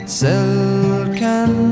silken